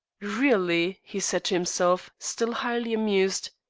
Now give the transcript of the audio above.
really, he said to himself, still highly amused,